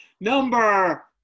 number